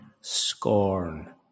scorn